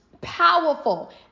powerful